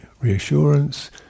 reassurance